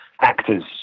actors